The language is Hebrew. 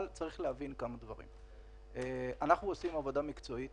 אבל צריך להבין כמה דברים: אנחנו עושים עבודה מקצועית